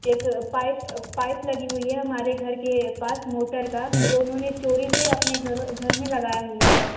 एक pipe pipe लगी हुई है हमारे घर के पास मोटर का जो उन्होंने चोरी से अपने घर घर में लगाया हुआ है